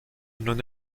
non